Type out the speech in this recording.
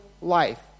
life